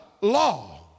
Law